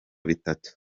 bitatu